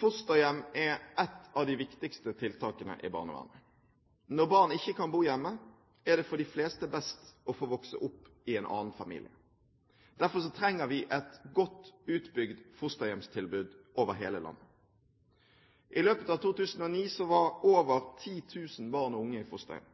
Fosterhjem er et av de viktigste tiltakene i barnevernet. Når barn ikke kan bo hjemme, er det for de fleste best å få vokse opp i en annen familie. Derfor trenger vi et godt utbygd fosterhjemstilbud over hele landet. I løpet av 2009 var over 10 000 barn og unge i fosterhjem.